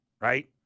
right